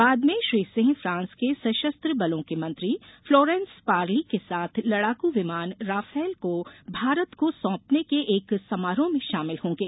बाद में श्री सिंह फ्रांस के सशस्त्र बलों के मंत्री फ्लोरेंस पार्ली के साथ लड़ाकू विमान राफाल को भारत को सौंपने के एक समारोह में शामिल होंगे